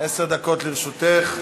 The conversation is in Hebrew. עשר דקות לרשותך.